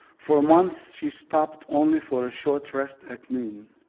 for months she stopped only for a short rest at noon,